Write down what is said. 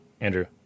Andrew